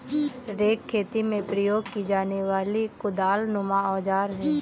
rake खेती में प्रयोग की जाने वाली कुदालनुमा औजार है